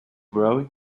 worry